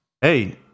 Hey